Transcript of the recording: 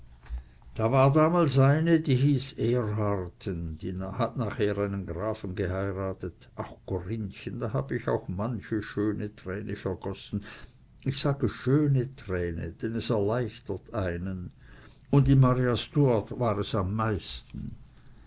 da war damals eine die hieß die erhartten die nachher einen grafen geheiratet ach corinnchen da hab ich auch manche schöne träne vergossen ich sage schöne träne denn es erleichtert einen un in maria stuart war es am meisten